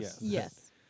Yes